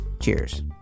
Cheers